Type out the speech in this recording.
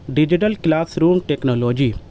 digital class room technology